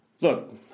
look